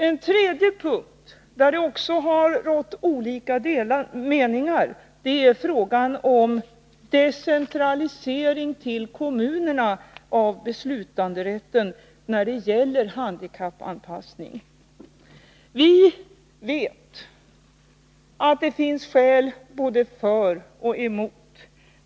En tredje punkt där det också har rått delade meningar är frågan om decentralisering till kommunerna av beslutanderätten när det gäller handikappanpassning. Vi vet att det finns skäl både för och emot.